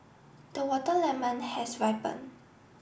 the water lemon has ripened